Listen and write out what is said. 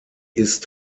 ist